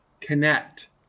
connect